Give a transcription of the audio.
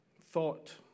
thought